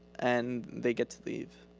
and they get to leave.